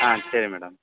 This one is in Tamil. ஆ சரி மேடம்